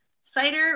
cider